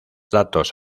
datos